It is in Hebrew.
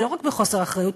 ולא רק בחוסר אחריות,